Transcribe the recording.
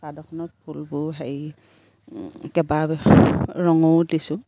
চাদৰখনত ফুলবোৰ হেৰি কেইবা ৰঙৰো দিছোঁ